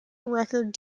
record